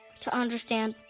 to understand,